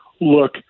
look